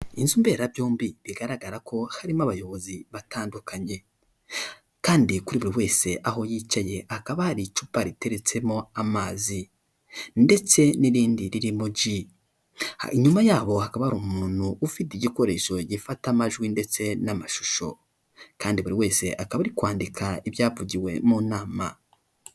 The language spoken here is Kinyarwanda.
Inzi mberabyombi, bigaragara ko harimo abayobozi batandukanye, kandi kuri buri wese aho yicaye hakaba hari icupa riteretsemo amazi ndetse n'irindi ririmo ji, inyuma yabo hakaba ari umuntu ufite igikoresho gifata amajwi ndetse n'amashusho, kandi buri wese akaba ari kwandika ibyavugiwe mu nama.